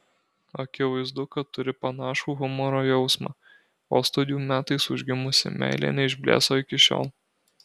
akivaizdu kad turi panašų humoro jausmą o studijų metais užgimusi meilė neišblėso iki šiol